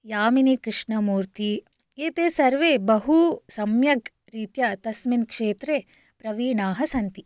यामिनी कृष्णमूर्ति एते सर्वे बहु सम्यक् रीत्या तस्मिन् क्षेत्रे प्रवीणाः सन्ति